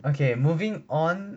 okay moving on